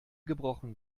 gebrochen